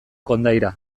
kondaira